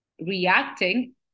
reacting